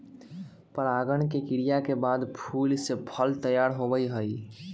परागण के क्रिया के बाद फूल से फल तैयार होबा हई